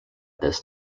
this